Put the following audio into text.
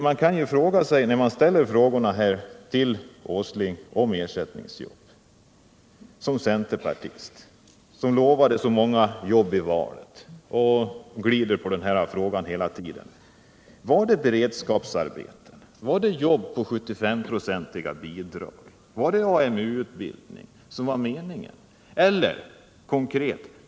Man kan fråga Nils Åsling som centerpartist, som lovade så många jobb i valet men hela tiden glider undan den här frågan: Var det beredskapsarbeten, var det jobb på 75-procentiga bidrag, var det AMU utbildning som var meningen?